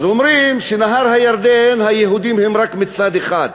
אז אומרים שנהר הירדן, היהודים הם רק מצד אחד.